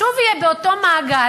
הוא שוב יהיה באותו מעגל,